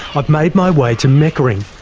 i've made my way to meckering,